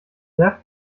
death